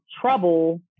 trouble